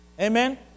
Amen